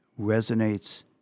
resonates